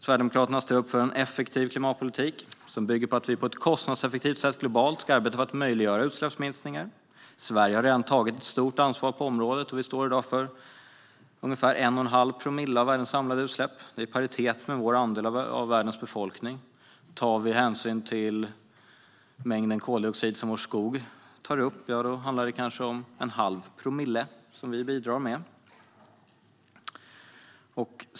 Sverigedemokraterna står upp för en effektiv klimatpolitik som bygger på att vi på ett kostnadseffektivt sätt ska arbeta globalt för att möjliggöra utsläppsminskningar. Sverige har redan tagit ett stort ansvar på området och står i dag för omkring 1 1⁄2 promille av världens samlade utsläpp. Det står i paritet med vår andel av världens befolkning. Om vi tar hänsyn till den mängd koldioxid som vår skog tar upp handlar vårt bidrag kanske om en halv promille.